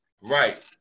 Right